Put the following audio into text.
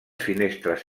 finestres